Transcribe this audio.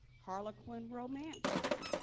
harlequin romances,